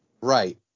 Right